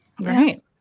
Right